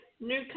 new